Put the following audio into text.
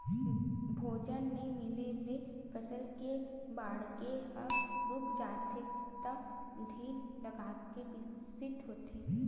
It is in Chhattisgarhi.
भोजन नइ मिले ले फसल के बाड़गे ह रूक जाथे त धीर लगाके बिकसित होथे